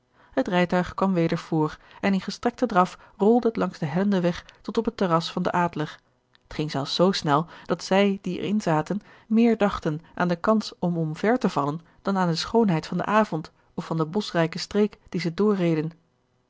het rijtuig kwam weder voor en in gestrekten draf rolde het langs den hellenden weg tot op het terras van den adler t ging zelfs z snel dat zij die er in zaten meer dachten aan de kans om omver te vallen dan aan de schoonheid van den avond of van de boschrijke streek die ze doorreden